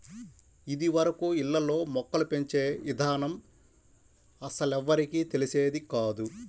ఇదివరకు ఇళ్ళల్లో మొక్కలు పెంచే ఇదానం అస్సలెవ్వరికీ తెలిసేది కాదు